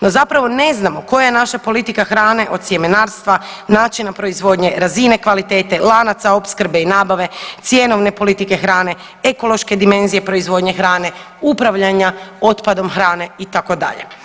No zapravo ne znamo koja je naša politika hrane od sjemenarstva, načina proizvodnje, razine kvalitete, lanaca opskrbe i nabave, cjenovne politike hrane, ekološke dimenzije proizvodnje hrane, upravljanja otpadom hrane itd.